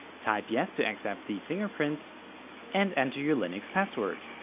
type yes to accept the fingerprint and enter your linux password.